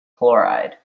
chloride